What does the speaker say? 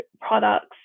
products